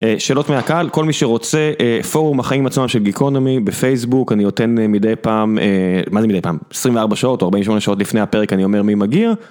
שאלות מהקהל כל מי שרוצה פורום החיים עצמם של גיקונומי בפייסבוק אני אתן מידי פעם, מה זה מידי פעם? 24 שעות או 48 שעות לפני הפרק אני אומר מי מגיע.